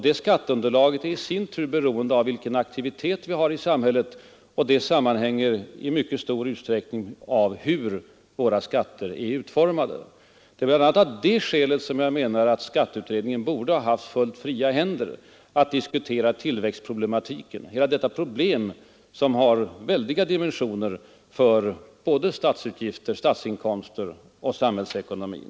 Det skatteunderlaget är i sin tur beroende av vilken aktivitet vi har i samhället, och det sammanhänger i mycket stor utsträckning med hur våra skatter är utformade. Det är bl.a. av det skälet som jag menar att skatteutredningen borde ha haft helt fria händer att diskutera tillväxtproblematiken, dvs. hela detta problem som har väldiga dimensioner när det gäller både statsutgifter, statsinkomster och samhällsekonomin.